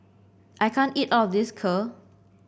I can't eat all of this Kheer